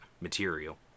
material